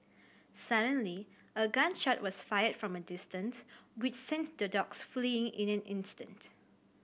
suddenly a gun shot was fired from a distance which sent the dogs fleeing in an instant